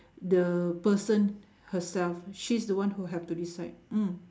the person herself she's the one who have to decide mm